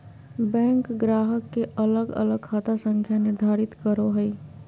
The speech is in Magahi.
बैंक ग्राहक के अलग अलग खाता संख्या निर्धारित करो हइ